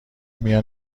میان